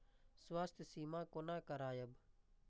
स्वास्थ्य सीमा कोना करायब?